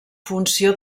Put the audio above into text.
funció